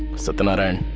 satya narayan,